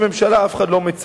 ואחד הוא ראש הממשלה,